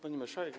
Pani Marszałek!